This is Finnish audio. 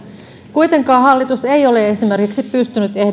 kuitenkaan hallitus ei ole pystynyt